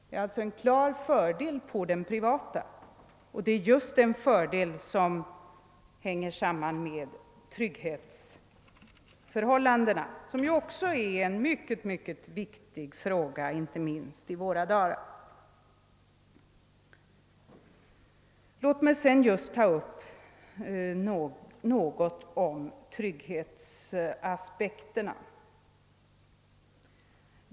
Det är alltså en klar fördel på den privata sidan — en fördel som just hänger samman med trygghetsförhållandena, som också är någonting mycket viktigt inte minst i våra dagar. Jag skulle vilja säga några ord om trygghetsaspekterna.